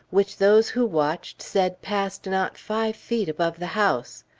which those who watched, said passed not five feet above the house.